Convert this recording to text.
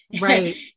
Right